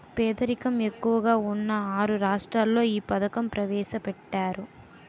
పేదరికం ఎక్కువగా ఉన్న ఆరు రాష్ట్రాల్లో ఈ పథకం ప్రవేశపెట్టారు